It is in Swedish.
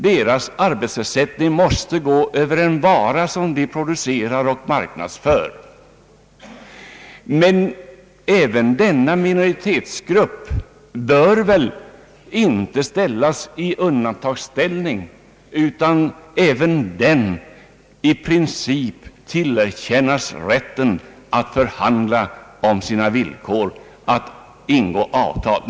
Deras arbetsersättning måste gå över en vara som de producerar och marknadsför. Men denna minoritetsgrupp bör väl inte försättas i undantagsställning, utan även den skall i princip tillerkännas rätten att förhandla om sina villkor, att ingå avtal.